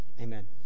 amen